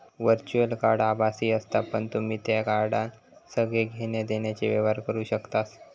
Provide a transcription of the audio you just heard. virtual card आभासी असता पण तुम्ही त्या कार्डान सगळे घेण्या देण्याचे व्यवहार करू शकतास